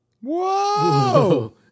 Whoa